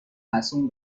مصون